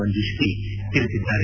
ಮಂಜುಶ್ರೀ ತಿಳಿಸಿದ್ದಾರೆ